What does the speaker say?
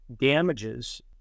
damages